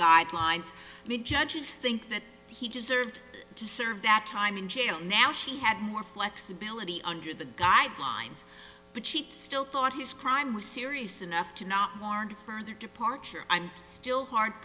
guidelines the judges think that he deserved to serve that time in jail now she had more flexibility under the guidelines but she still thought his crime was serious enough to not barred further departure i'm still hard